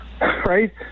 right